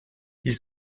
ils